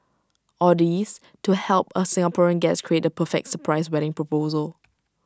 all this to help A Singaporean guest create the perfect surprise wedding proposal